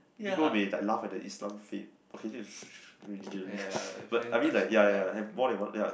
people may like laugh at the Islam faith okay this is religion but I mean like ya ya ya have more than one ya